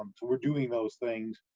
um we're doing those things.